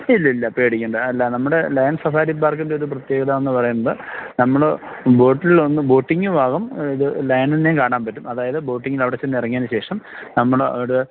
ഇല്ല ഇല്ല പേടിക്കേണ്ട അല്ല നമ്മുടെ ലയൺ സഫാരി പാർക്കിൻ്റെ ഒരു പ്രത്യേകത എന്ന് പറയുന്നത് നമ്മൾ ബോട്ടിൽ ഒന്ന് ബോട്ടിങ്ങ് ഭാഗം ഇത് ലയണിനെ കാണാൻ പറ്റും അതായത് ബോട്ടിങ്ങിൻറെ അവിടെ ചെന്ന് ഇറങ്ങിയതിന് ശേഷം നമ്മൾ അവിടെ